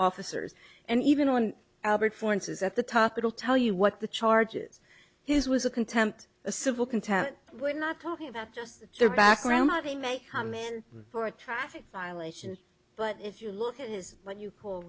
officers and even one albert florence is at the top it'll tell you what the charges his was a contempt a civil contempt we're not talking about just their background how they may come in for a traffic violation but if you look at his what you call